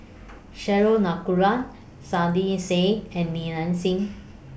Cheryl Saiedah Said and Li Nanxing